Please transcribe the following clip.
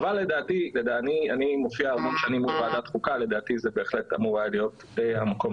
אני מופיע הרבה שנים בוועדת החוקה ולדעתי זה בהחלט אמור היה להיות המקום